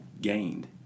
gained